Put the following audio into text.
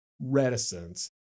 reticence